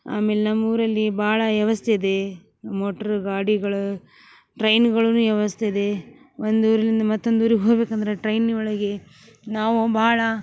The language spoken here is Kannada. ಆಮೇಲೆ ನಮ್ಮೂರಲ್ಲಿ ಭಾಳ ವ್ಯವಸ್ಥೆ ಮೋಟ್ರ್ ಗಾಡಿಗಳು ಟ್ರೈನ್ಗಳುನು ವ್ಯವಸ್ಥೆ ಇದೆ ಒಂದು ಊರಿನಿಂದ ಮತ್ತೊಂದು ಊರಿಗ ಹೋಗ್ಬೇಕಂದ್ರೆ ಟ್ರೈನಿ ಒಳಗೆ ನಾವು ಭಾಳ